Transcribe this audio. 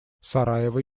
сараево